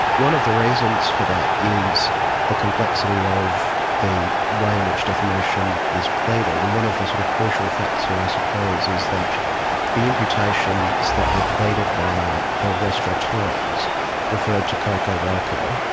one of the reasons for that is the complexity of the way in which defamation is pleaded, and one of the sort of crucial facts here i suppose is that the imputations that were pleaded by the restaurateurs referred to coco roco,